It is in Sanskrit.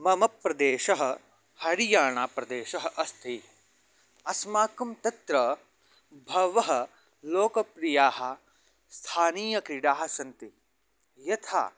मम प्रदेशः हरियाणा प्रदेशः अस्ति अस्माकं तत्र बहवः लोकप्रियाः स्थानीयक्रीडाः सन्ति यथा